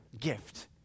gift